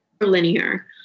linear